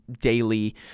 daily